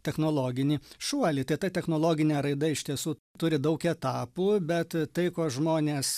technologinį šuolį tai ta technologinė raida iš tiesų turi daug etapų bet tai ko žmonės